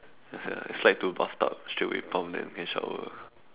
ya sia slide to bathtub straight away pump then can shower